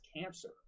cancer